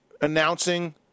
announcing